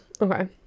okay